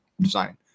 design